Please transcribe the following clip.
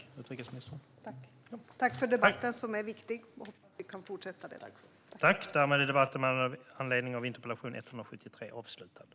Herr talman! Tack för debatten, som är viktig. Jag hoppas att vi därför kan fortsätta den.